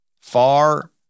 far